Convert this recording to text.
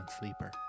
sleeper